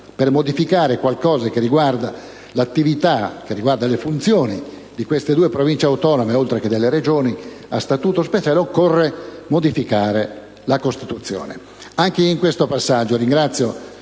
per modificare la disciplina che riguarda l'attività e le funzioni di queste due Province autonome, oltre che delle Regioni a statuto speciale, occorre modificare la Costituzione. Anche in questo passaggio, ringrazio